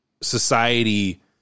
society